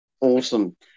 Awesome